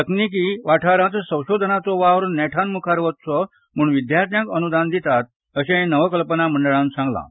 तकनिकी वाठारात संशोधनाचो वावर नेटान म्खार वचचो म्हूण विद्यार्थ्यांक अन्दान दितात अशेंय नवकल्पना मंडळान सांगलां